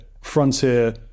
Frontier